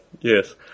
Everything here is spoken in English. yes